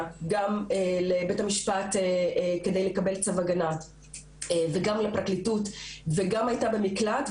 גם לבית המשפט כדי לקבל צו הגנה וגם לפרקליטות וגם היתה במקלט,